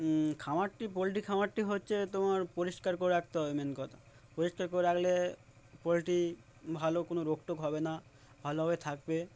খামারটি পোলট্রি খামারটি হচ্ছে তোমার পরিষ্কার করে রাখতে হবে মেন কথা পরিষ্কার করে রাখলে পোলট্রি ভালো কোনো রোগ টোগ হবে না ভালোভাবে থাকবে